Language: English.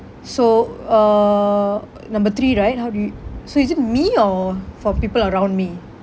so uh number three right how do you so is it me or for people around me